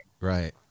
Right